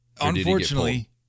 Unfortunately